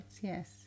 Yes